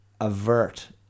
avert